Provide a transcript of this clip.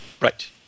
Right